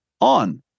on